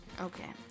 Okay